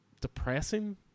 depressing